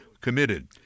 committed